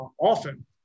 often